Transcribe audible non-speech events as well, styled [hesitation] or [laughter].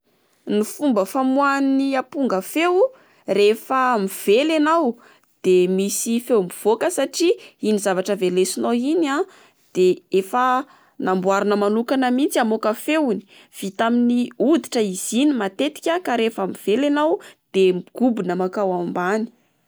Ny fomba famoahan'ny amponga feo rehefa mively enao de misy feo mivôka satria iny zavatra velesinao iny a de efa [hesitation] namboarina manokana mihitsy amoaka feo. Vita amin'ny oditra izy iny matetika ka rehefa mively ianao de migobona makano ambany.